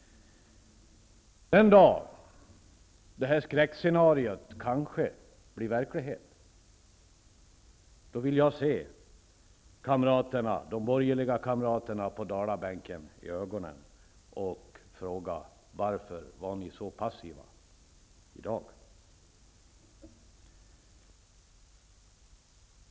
Den dag detta skräckscenario kanske blir verklighet, då vill jag se de borgerliga kamraterna på Dalabänken i ögonen och fråga varför de var så passiva i dag.